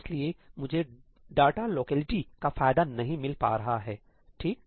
इसलिए मुझे data locality का फायदा नहीं मिल पा रहा है ठीक